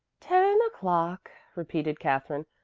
ten o'clock! repeated katherine.